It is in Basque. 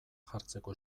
jartzeko